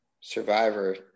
Survivor